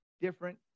different